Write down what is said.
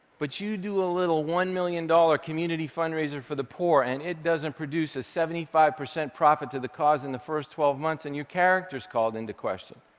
but you do a little one million dollars community fundraiser for the poor, and it doesn't produce a seventy five percent profit to the cause in the first twelve months, and your character is called into question.